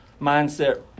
mindset